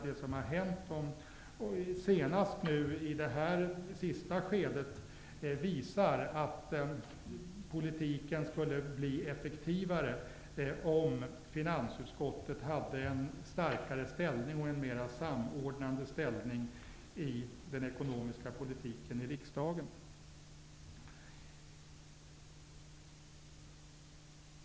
Det som har hänt i det senaste skedet visar att politiken skulle bli effektivare om finansutskottet hade en starkare och mer samordnande ställning i den ekonomiska politiken i riksdagen.